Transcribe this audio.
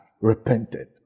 repented